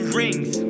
rings